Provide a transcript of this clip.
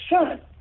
son